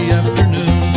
afternoon